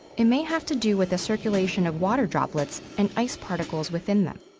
it may have to do with the circulation of water droplets and ice particles within them.